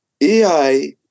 AI